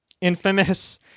infamous